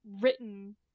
written